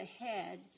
ahead